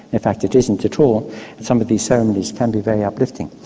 in fact it isn't at all some of these ceremonies can be very uplifting.